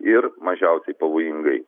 ir mažiausiai pavojingai